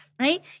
Right